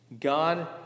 God